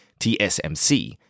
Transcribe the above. TSMC